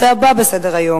חברים, חברים.